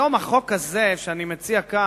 היום, גם החוק הזה, שאני מציע כאן,